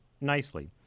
nicely